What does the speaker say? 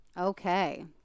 Okay